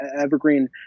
evergreen